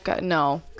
no